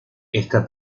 esta